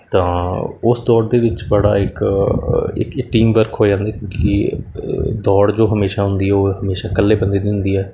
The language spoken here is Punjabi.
ਤਾਂ ਉਸ ਦੌੜ ਦੇ ਵਿੱਚ ਬੜਾ ਇੱਕ ਇੱਕ ਇੱਕ ਟੀਮ ਵਰਕ ਹੋ ਜਾਂਦਾ ਕਿਉੰਕਿ ਦੌੜ ਜੋ ਹਮੇਸ਼ਾ ਹੁੰਦੀ ਉਹ ਹਮੇਸ਼ਾ ਇਕੱਲੇ ਬੰਦੇ ਦੀ ਹੁੰਦੀ ਹੈ